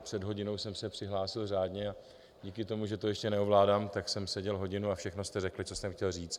Před hodinou jsem se přihlásil řádně a díky tomu, že to ještě neovládám, tak jsem seděl hodinu a všechno jste řekli, co jsem chtěl říct.